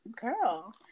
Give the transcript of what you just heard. girl